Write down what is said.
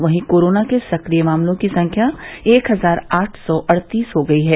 वहीं कोरोना के सकिय मामलों की संख्या एक हजार आठ सौ अड़तीस हो गई है